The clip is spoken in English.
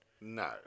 No